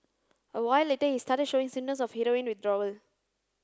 a while later he started showing of heroin withdrawal